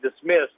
dismissed